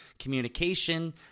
communication